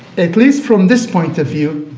at least from this point of view,